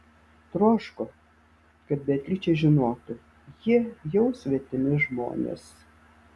troško kad beatričė žinotų jie jau svetimi žmonės